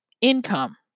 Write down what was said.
income